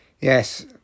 Yes